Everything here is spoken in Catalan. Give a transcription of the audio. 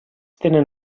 tenen